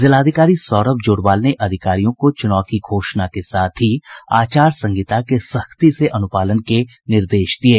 जिलाधिकारी सौरभ जोरवाल ने अधिकारियों को चुनाव की घोषणा के साथ ही आचार संहिता के सख्ती से अनुपालन के निर्देश दिये